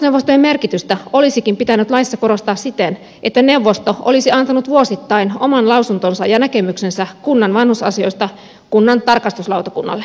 vanhusneuvostojen merkitystä olisikin pitänyt laissa korostaa siten että neuvosto olisi antanut vuosittain oman lausuntonsa ja näkemyksensä kunnan vanhusasioista kunnan tarkastuslautakunnalle